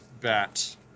bat